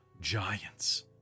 giants